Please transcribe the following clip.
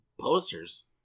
Posters